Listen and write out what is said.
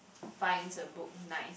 find a book nice